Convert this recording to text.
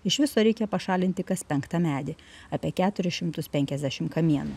iš viso reikia pašalinti kas penktą medį apie keturis šimtu penkiasdešim kamienų